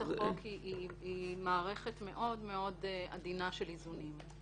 החוק היא מערכת מאוד עדינה של איזונים.